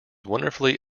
wonderfully